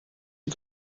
die